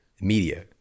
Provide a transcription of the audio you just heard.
media